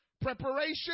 preparation